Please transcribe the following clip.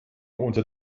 unter